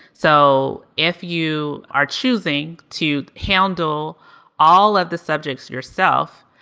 so if you are choosing to handle all of the subjects yourself,